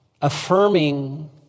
affirming